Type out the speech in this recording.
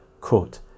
Quote